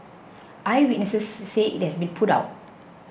eyewitnesses say it has been put out